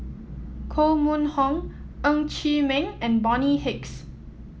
Koh Mun Hong Ng Chee Meng and Bonny Hicks